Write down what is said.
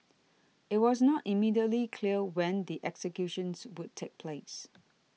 it was not immediately clear when the executions would take place